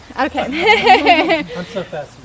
okay